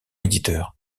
éditeur